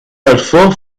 alfort